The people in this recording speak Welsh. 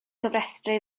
gofrestru